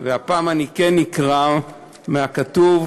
הפעם כן אקרא מהכתוב,